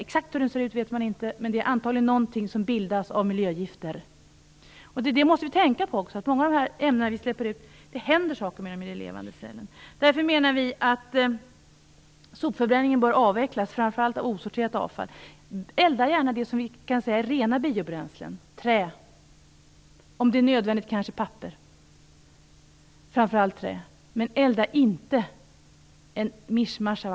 Exakt hur den ser ut vet man inte, men det är antagligen något som bildas av miljögifter. Med många av de ämnen som släpps ut händer det sedan saker i den levande cellen. Därför menar vi att sopförbränningen bör avvecklas, framför allt när det gäller osorterat avfall. Elda gärna rena biobränslen - framför allt trä eller kanske, om det är nödvändigt, papper, men elda inte en mischmasch!